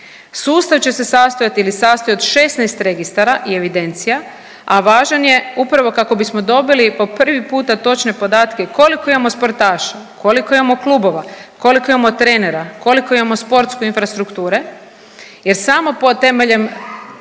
Sustav će se sastojati ili sastoji od 16 registara i evidencija, a važan je upravo kako bismo dobili po prvi puta točne podatke koliko imamo sportaša, koliko imamo klubova, koliko imamo trenera, koliko imamo sportske infrastrukture. Jer samo temeljem